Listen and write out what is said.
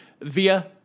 via